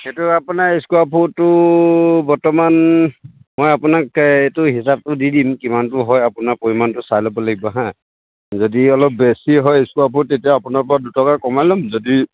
সেইটো আপোনাৰ স্কাৱাৰ ফুটটো বৰ্তমান মই আপোনাক এই এইটো হিচাপটো দি দিম কিমানটো হয় আপোনাৰ পৰিমাণটো চাই ল'ব লাগিব হা যদি অলপ বেছি হয় স্কাৱাৰ ফুট তেতিয়া আপোনাৰপৰা দুটকা কমাই ল'ম যদি